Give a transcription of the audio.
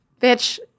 bitch